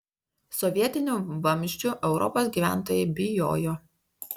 sovietinių vamzdžių europos gyventojai bijojo